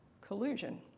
collusion